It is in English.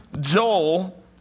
Joel